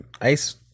ice